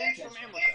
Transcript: אני מתנצלת,